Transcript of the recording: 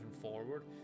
forward